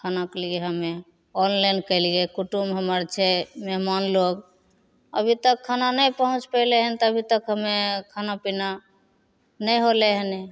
खानाके लिए हमे ऑनलाइन कएलिए कुटुम्ब हमर छै मेहमान लोक अभी तक खाना नहि पहुँचि पएलै हँ तऽ अभी तक हमे खाना पिना नहि होलै हँ